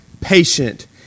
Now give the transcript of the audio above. patient